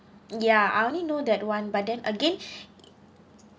ya I only know that one but then again